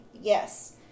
Yes